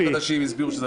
הגישו אותו